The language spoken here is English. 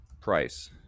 price